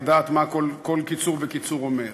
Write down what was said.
לדעת מה כל קיצור וקיצור אומר,